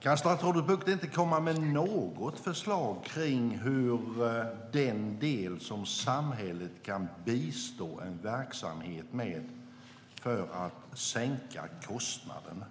Kan statsrådet Bucht inte komma med något förslag till hur samhället kan bistå en verksamhet för att sänka kostnaderna?